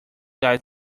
guy